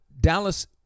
Dallas